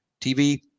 TV